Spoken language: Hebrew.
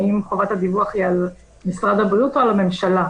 האם חובת הדיווח היא על משרד הבריאות או על הממשלה?